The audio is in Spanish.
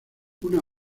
una